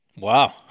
Wow